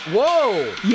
Whoa